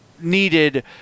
needed